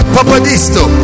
Papadisto